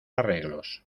arreglos